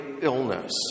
illness